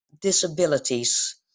disabilities